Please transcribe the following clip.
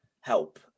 help